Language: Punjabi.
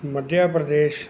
ਮੱਧ ਪ੍ਰਦੇਸ਼